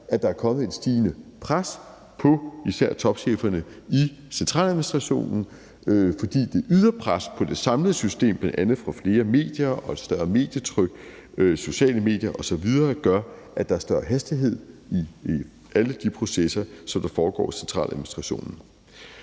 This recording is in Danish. at der er kommet i stigende pres på især topcheferne i centraladministrationen, fordi det ydre pres på det samlede system – bl.a. fra flere medier og større medietryk, sociale medier osv. – gør, at der er større hastighed i alle de processer, som der foregår i centraladministrationen.